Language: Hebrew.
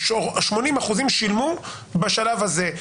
80% שילמו בשלב הזה.